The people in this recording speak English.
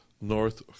North